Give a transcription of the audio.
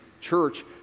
church